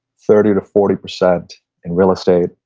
thirty to forty percent in real estate,